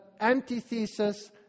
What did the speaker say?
antithesis